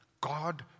God